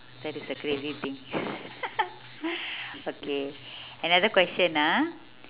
that is the crazy thing okay another question ah